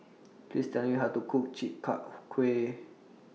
Please Tell Me How to Cook Chi Kak Kuih